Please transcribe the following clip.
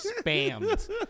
spammed